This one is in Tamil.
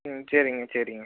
ம் சரிங்க சரிங்க